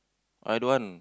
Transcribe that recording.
I don't want